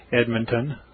Edmonton